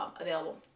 available